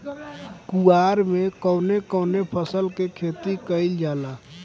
कुवार में कवने कवने फसल के खेती कयिल जाला?